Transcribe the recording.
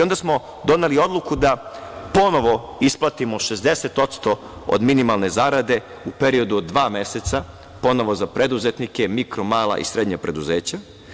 Onda smo doneli odluku da ponovo isplatimo 60% od minimalne zarade u periodu od dva meseca ponovo za preduzetnike, mikro, mala i srednja preduzeća.